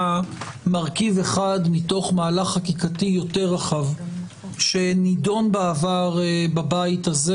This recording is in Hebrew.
מרכיב אחד מתוך מהלך חקיקתי יותר רחב שנדון בעבר בבית הזה,